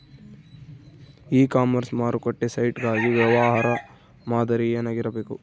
E commerce ಮಾರುಕಟ್ಟೆ site ಗಾಗಿ ವ್ಯವಹಾರ ಮಾದರಿ ಏನಾಗಿರಬೇಕು?